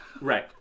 Right